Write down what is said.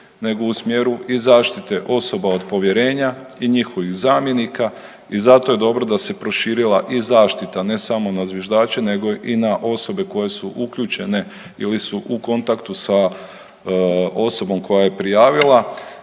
nego i smjeru zaštite osoba od povjerenja i njihovih zamjenika i zato je dobro da se proširila i zaštita ne samo na zviždače, nego i na osobe koje su uključene ili su u kontaktu sa osobom koja je prijavila.